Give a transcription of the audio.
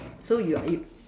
so you're you